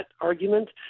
argument